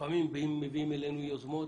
לפעמים מביאים אלינו יוזמה